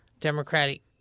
Democratic